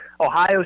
Ohio